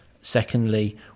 secondly